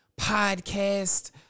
Podcast